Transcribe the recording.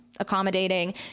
Accommodating